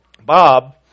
Bob